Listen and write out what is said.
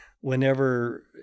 Whenever –